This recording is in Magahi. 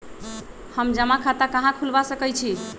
हम जमा खाता कहां खुलवा सकई छी?